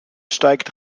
steigt